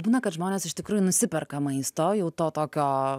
būna kad žmonės iš tikrųjų nusiperka maisto jau to tokio